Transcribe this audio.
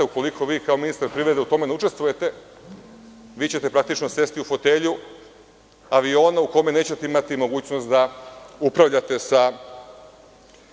Ukoliko vi kao ministar privrede u tome ne učestvujete, vi ćete praktično sesti u fotelju, ali onu u kojoj nećete imati mogućnost da upravljate sistemom.